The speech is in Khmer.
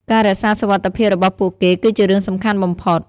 ការរក្សាសុវត្ថិភាពរបស់ពួកគេគឺជារឿងសំខាន់បំផុត។